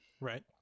Right